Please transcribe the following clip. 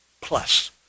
plus